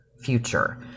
future